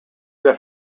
that